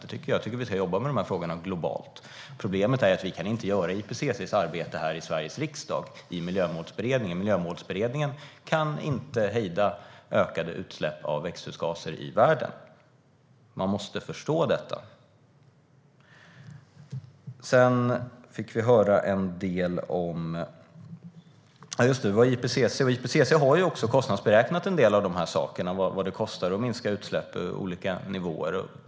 Jag tycker att vi ska jobba med de här frågorna globalt. Problemet är att vi inte kan göra IPCC:s arbete här i Sveriges riksdag i Miljömålsberedningen. Miljömålsberedningen kan inte hejda ökade utsläpp av växthusgaser i världen. Man måste förstå detta. IPCC har beräknat vad det kostar att minska utsläpp på olika nivåer.